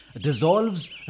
dissolves